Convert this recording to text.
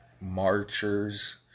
marchers